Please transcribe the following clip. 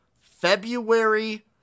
February